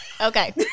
okay